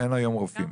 אין היום רופאים.